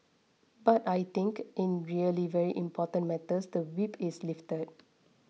but I think in really very important matters the whip is lifted